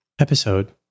episode